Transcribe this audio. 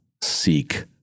seek